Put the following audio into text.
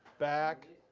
back,